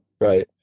Right